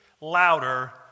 louder